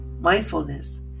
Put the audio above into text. Mindfulness